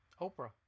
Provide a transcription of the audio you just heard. Oprah